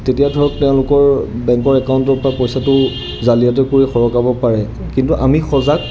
তেতিয়া ধৰক তেওঁলোকৰ বেংকৰ একাউণ্টৰ পৰা পইচাটো জালিয়াতি কৰি সৰকাব পাৰে কিন্তু আমি সজাগ